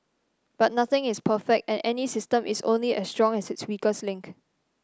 but nothing is perfect and any system is only as strong as its link